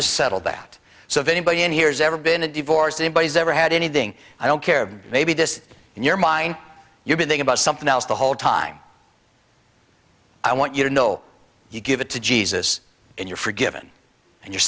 to settle that so if anybody in here is ever been a divorce anybody's ever had anything i don't care maybe this in your mind you think about something else the whole time i want you to know you give it to jesus and you're forgiven and your